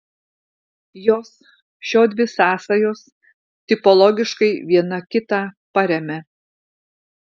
jos šiodvi sąsajos tipologiškai viena kitą paremia